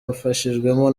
abifashijwemo